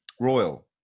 Royal